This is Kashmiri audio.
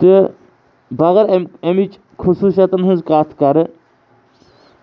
تہٕ بہٕ اگر اَم اَمِچ خصوٗصیاتَن ہٕنٛز کَتھ کَرٕ